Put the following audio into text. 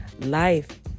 Life